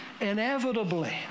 inevitably